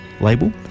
label